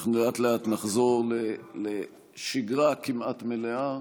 אנחנו לאט-לאט נחזור לשגרה כמעט מלאה,